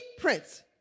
prince